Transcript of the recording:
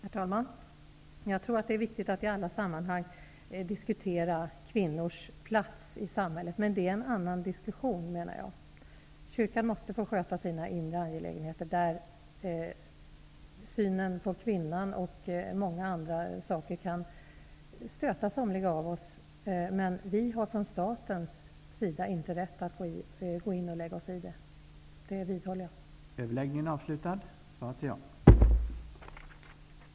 Herr talman! Jag tror att det är viktigt att i alla sammanhang diskutera kvinnors plats i samhället, men jag menar att det är en annan diskussion. Kyrkan måste få sköta sina inre angelägenheter. Synen på kvinnan och många andra saker kan stöta somliga av oss, men staten har inte rätt att lägga sig i det. Jag vidhåller detta.